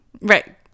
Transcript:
Right